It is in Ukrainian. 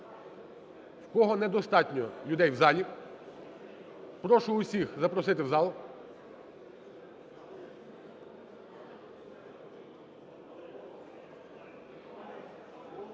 в кого недостатньо людей в залі. Прошу усіх запросити у зал.